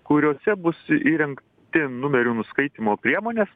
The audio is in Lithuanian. kuriose bus įrengti numerių nuskaitymo priemonės